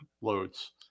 loads